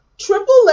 Triple